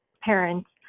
parents